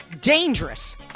dangerous